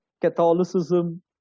Catholicism